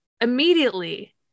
immediately